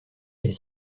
est